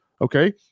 okay